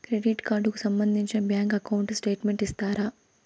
Credit card కు సంబంధించిన bank account statement ఇస్తారా?